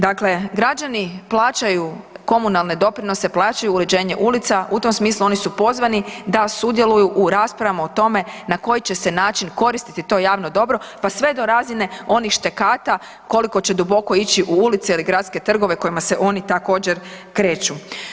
Dakle, građani plaćaju komunalne doprinose, plaćaju uređenje ulica, u tom smislu oni su pozvani da sudjeluju u raspravama o tome na koji će se način koristiti to javno dobro pa sve do razine onih štekata koliko će duboko ići u ulice ili gradske trgove kojima se oni također kreću.